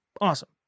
Awesome